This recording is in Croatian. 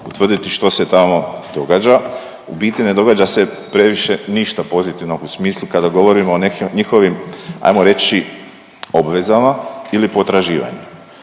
utvrditi što se tamo događa. U biti ne događa se previše ništa pozitivno u smislu kada govorimo o nekim njihovim ajmo reći obvezama ili potraživanjima.